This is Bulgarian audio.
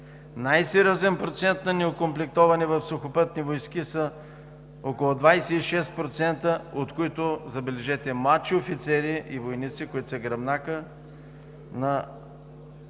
Най-сериозен процент на неокомплектоване в Сухопътни войски е около 26%, от които, забележете, младши офицери и войници, които са гръбнакът на